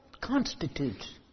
constitutes